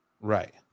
Right